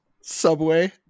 Subway